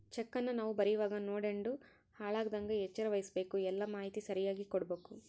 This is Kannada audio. ಚೆಕ್ಕನ್ನ ನಾವು ಬರೀವಾಗ ನೋಡ್ಯಂಡು ಹಾಳಾಗದಂಗ ಎಚ್ಚರ ವಹಿಸ್ಭಕು, ಎಲ್ಲಾ ಮಾಹಿತಿ ಸರಿಯಾಗಿ ಕೊಡ್ಬಕು